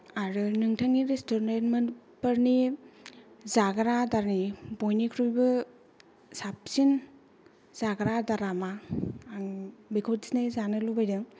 आरो नोंथांनि रेस्टुरेन्तमोनफोरनि जाग्रा आदारनि बयनिख्रुयबो साबसिन जाग्रा आदारा मा आं बेखौ दिनै जानो लुगैदों